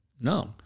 No